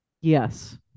Yes